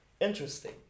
Interesting